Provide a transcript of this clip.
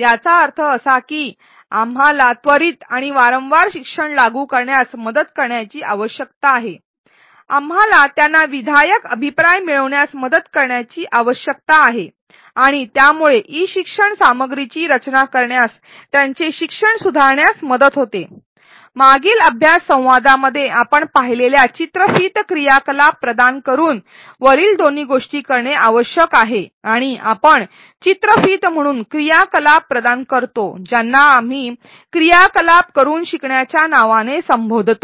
याचा अर्थ असा की आपल्याला त्वरित आणि वारंवार शिक्षण लागू करण्यास मदत करण्याची आवश्यकता आहे आपल्याला त्यांना विधायक अभिप्राय मिळविण्यात मदत करण्याची आवश्यकता आहे आणि यामुळे ई शिक्षण सामग्रीची रचना करण्यास त्यांचे शिक्षण सुधारण्यास मदत होते मागील अभ्यास संवादामध्ये पाहिलेला व्हिडिओ क्रियाकलाप प्रदान करुन आणि ज्याला आम्ही क्रियाकलाप करून शिकवत आहोत असे म्हणतात अशा व्हिडिओंच्या दरम्यान क्रियाकलाप प्रदान करून वरील दोन्ही गोष्टी करणे आवश्यक आहे